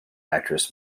actress